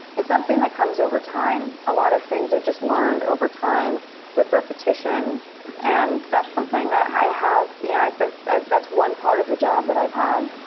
it's something that comes over time. a lot of things are just learned over time with repetition and that's something that i have you know, i've been that's one part of the job that i've had,